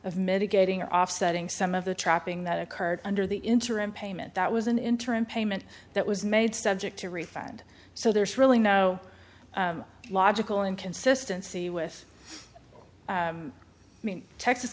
of mitigating or offsetting some of the trapping that occurred under the interim payment that was an interim payment that was made subject to refund so there's really no logical inconsistency with mean texas